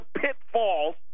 pitfalls